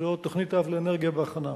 זאת תוכנית-אב לאנרגיה בהכנה.